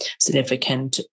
significant